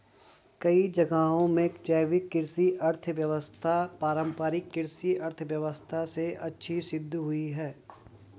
कई जगहों में जैविक कृषि अर्थव्यवस्था पारम्परिक कृषि अर्थव्यवस्था से अच्छी सिद्ध हुई है